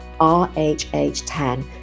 RHH10